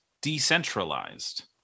decentralized